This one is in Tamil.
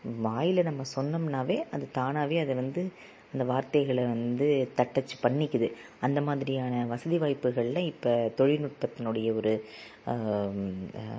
வாயில் நம்ம சொன்னமுனாவே அது தானாகவே அதை வந்து இந்த வார்த்தைகளை வந்து தட்டச்சு பண்ணிக்கிறது அந்த மாதிரியான வசதி வாய்ப்புகளில் இப்போ தொழில்நுட்பத்தினுடைய ஒரு